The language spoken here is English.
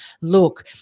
look